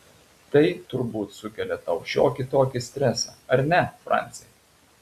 tai turbūt sukelia tau šiokį tokį stresą ar ne franci